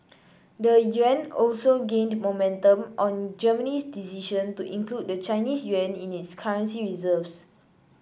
the yuan also gained momentum on Germany's decision to include the Chinese yuan in its currency reserves